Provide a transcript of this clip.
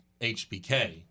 HBK